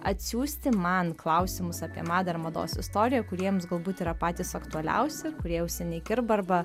atsiųsti man klausimus apie madą ar mados istoriją kurie jums galbūt yra patys aktualiausi kurie jau seniai kirba arba